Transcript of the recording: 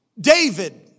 David